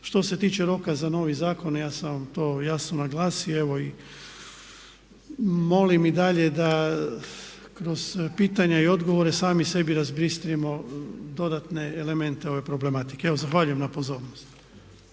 Što se tiče roka za novi zakon ja sam vam to jasno naglasio, evo i molim i dalje da kroz pitanja i odgovore sami sebi razbistrimo dodatne elemente ove problematike. Evo zahvaljujem na pozornosti